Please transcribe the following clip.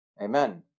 Amen